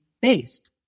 based